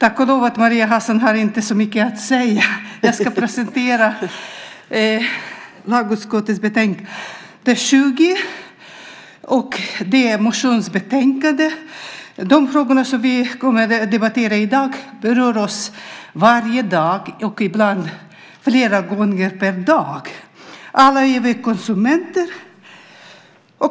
Fru talman! Jag ska presentera lagutskottets betänkande 20, ett motionsbetänkande. De frågor som vi i dag kommer att debattera berör oss varje dag och ibland flera gånger per dag. Alla är vi konsumenter.